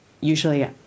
usually